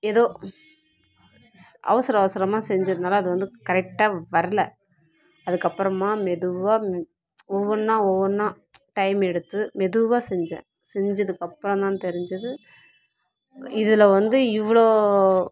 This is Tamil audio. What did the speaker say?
ஏதோ ஸ் அவசர அவசரமாக செஞ்சதுனால் அது வந்து கரெக்டாக வரல அதுக்கப்புறமா மெதுவாக ஒவ்வொன்றா ஒவ்வொன்றா டைம் எடுத்து மெதுவாக செஞ்சேன் செஞ்சதுக்கப்புறம் தான் தெரிஞ்சுது இதில் வந்து இவ்வளோ